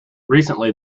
recently